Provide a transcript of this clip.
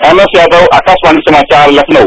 MS Yadav Akashvani समाचार लखनऊ